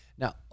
Now